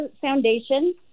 foundation